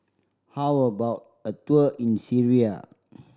how about a tour in Syria